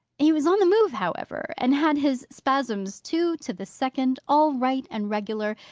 he was on the move, however and had his spasms, two to the second, all right and regular.